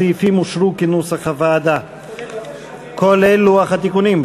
הסעיפים אושרו כנוסח הוועדה, כולל לוח התיקונים.